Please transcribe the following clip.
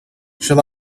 shall